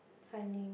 finding